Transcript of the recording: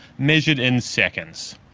measured in seconds.